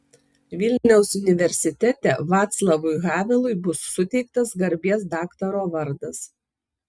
vilniaus universitete vaclavui havelui bus suteiktas garbės daktaro vardas